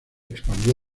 expandió